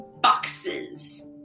Boxes